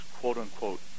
quote-unquote